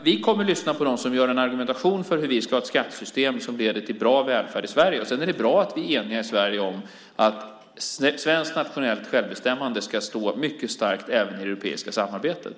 Vi kommer att lyssna på dem som gör en argumentation för hur vi ska ha ett skattesystem som leder till bra välfärd i Sverige. Sedan är det bra att vi är eniga i Sverige om att svenskt nationellt självbestämmande ska stå mycket starkt även i det europeiska samarbetet.